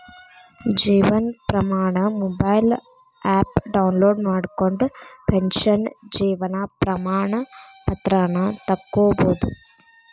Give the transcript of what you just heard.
Jeevan Pramaan mobile app download ಮಾಡ್ಕೊಂಡ್ರ pension Jeevan Pramaan ಪತ್ರಾನ ತೊಕ್ಕೊಬೋದು